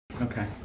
Okay